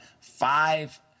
five